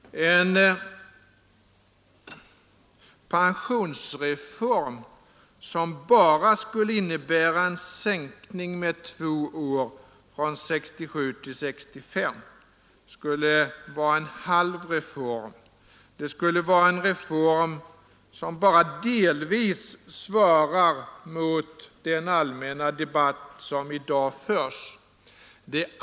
En pensionsreform som bara innebär en sänkning med två år, från 67 till 65 år, skulle vara en halv reform. Det skulle vara en reform som bara delvis svarade mot den allmänna debatt som i dag förs.